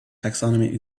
taxonomy